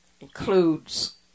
includes